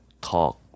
talk